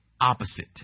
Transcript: opposite